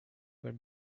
were